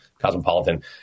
Cosmopolitan